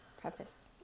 preface